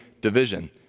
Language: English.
division